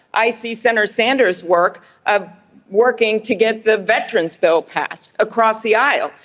i see senator sanders work ah working to get the veterans bill passed across the aisle.